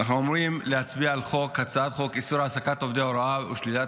אנחנו אמורים להצביע על הצעת חוק איסור העסקת עובדי הוראה ושלילת